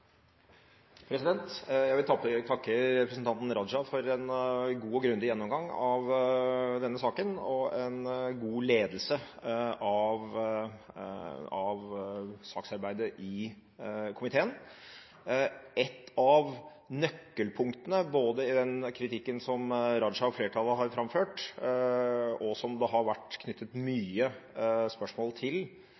Jeg vil takke representanten Raja for en god og grundig gjennomgang av denne saken og for en god ledelse av saksarbeidet i komiteen. Et av nøkkelpunktene – både i den kritikken som Raja og flertallet har framført, og som det har vært knyttet